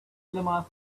llama